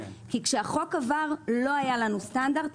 כי כשהחוק עבר לא היה לנו סטנדרט,